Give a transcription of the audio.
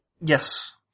Yes